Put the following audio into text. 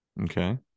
Okay